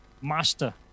Master